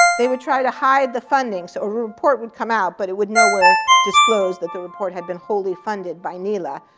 they would try to hide the funding. so a report would come out, but it would nowhere disclose that the report had been wholly funded by nela.